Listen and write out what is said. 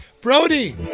Brody